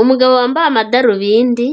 Umugabo wambaye amadarubindi